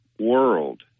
world